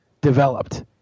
developed